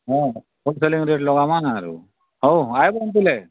ହଁ wholesaling rate ଲଗାମା ନାରୁ ହଉ ଆଇବ ତାହେଲେ